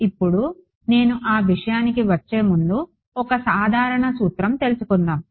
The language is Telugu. ఇప్పుడు నేను ఆ విషయానికి వచ్చే ముందు ఒక సాధారణ సూత్రం తెలుసుకుందాము